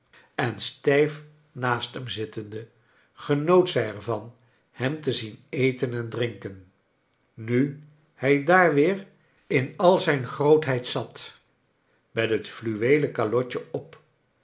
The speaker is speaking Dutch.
en stijf naast hem zittende genoot zij er van hem te zien eten en drinken nu hij daar weer in al zijn grootheid zat met het fluweelen calotje op